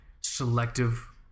selective